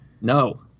no